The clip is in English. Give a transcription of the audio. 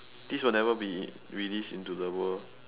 this will never be released into the world